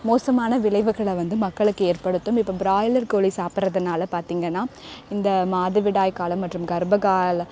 மோசமான விளைவுகளை வந்து மக்களுக்கு ஏற்படுத்தும் இப்போ பிராய்லர் கோழி சாப்பிட்றதுனால பார்த்திங்கன்னா இந்த மாதவிடாய் காலம் மற்றும் கர்ப்பகால